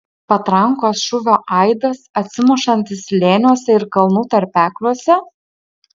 patrankos šūvio aidas atsimušantis slėniuose ir kalnų tarpekliuose